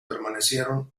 permanecieron